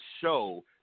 show